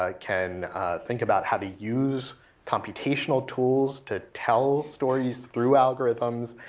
ah can think about how to use computational tools to tell stories through algorithms,